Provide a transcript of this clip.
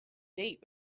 date